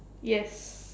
yes